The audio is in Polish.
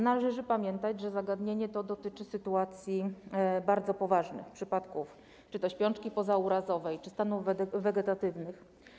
Należy pamiętać, że zagadnienie to dotyczy sytuacji bardzo poważnych, przypadków śpiączki pozaurazowej czy stanów wegetatywnych.